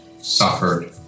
suffered